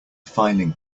filing